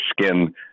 skin